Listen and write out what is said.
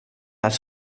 las